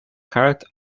held